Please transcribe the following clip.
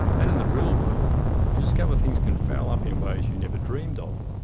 out in the real world you discover things can foul up in ways you never dreamed of.